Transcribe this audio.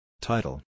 Title